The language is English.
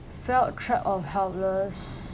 felt trap or helpless